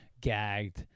gagged